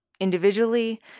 individually